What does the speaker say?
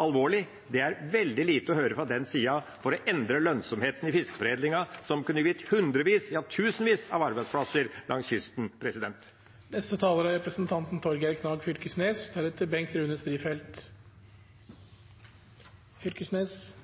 alvorlig. Det er veldig lite å høre fra den sida om å endre lønnsomheten i fiskeforedlingen, noe som kunne gitt hundrevis, ja tusenvis, av arbeidsplasser langs kysten. 1,1 pst. av desse avgangsmassane skal utnyttast. I utlandet hevar ein augebryna på grunn av at det er